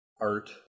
art